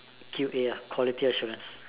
Q_A ah quality assurance